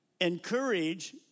encourage